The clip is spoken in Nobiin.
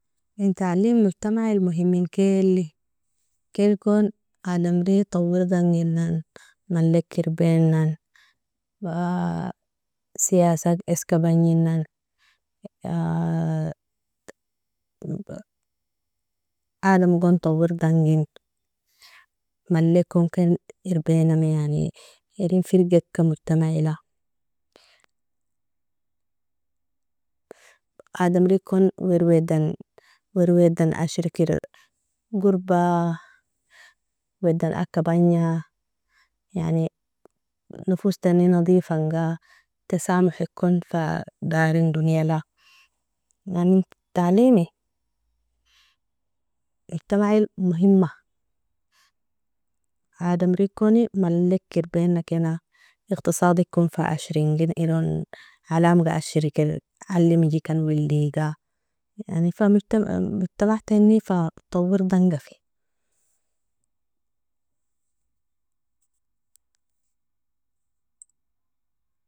Intalim mojtamail mohiminkeli, kenkon adamri taworidanginan malek irbenan, siyasa eskabanjinan, adamgon taworidangin, malekonken irbenami yani erin firgika mojtamail, adamrikon wirweden ashiriker gorba weden agka banja yani nofostani nadifanga tasamohekon fa darin doniela, yani talimi mojtamail mohima adamirikoni maleka irbaina kena, igtisadikon fa ashringineron alamga ashirika, alimijikan weldiga yani fa mojtamateni fa tawerdangafi.